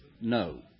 no